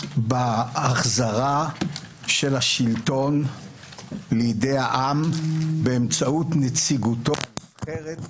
בהחזרה של השלטון לידי העם באמצעות נציגותו הנבחרת,